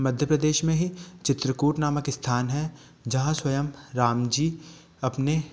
मध्य प्रदेश में ही चित्रकूट नामक स्थान है जहाँ स्वयं राम जी अपने